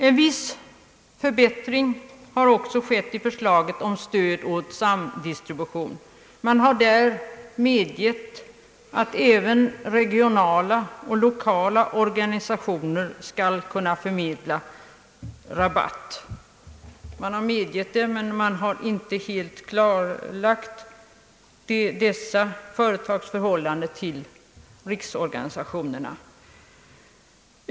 En viss förbättring har också skett i förslaget om stöd åt samdistribution. Man har där medgett att även regionala och lokala organisationer skall kunna förmedla rabatt, men man har inte helt klarlagt dessa organisationers förhållande till riksorganisationerna.